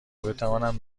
بتوانند